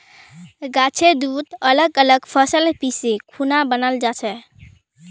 गाछेर दूध अलग अलग फसल पीसे खुना बनाल जाछेक